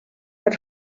per